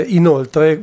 inoltre